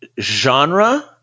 genre